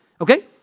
Okay